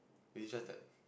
maybe just that